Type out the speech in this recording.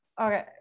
Okay